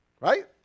Right